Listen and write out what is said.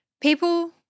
People